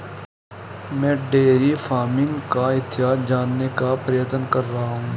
मैं dairy farming का इतिहास जानने का प्रयत्न कर रहा हूं